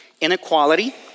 inequality